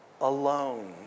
alone